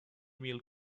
meal